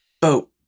Boat